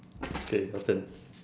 K your turn